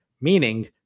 meaning